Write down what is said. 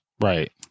Right